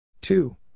Two